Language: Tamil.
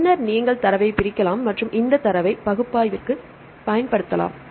பின்னர் நீங்கள் தரவைப் பிரிக்கலாம் மற்றும் இந்த தரவை பகுப்பாய்விற்குப் பயன்படுத்தலாம்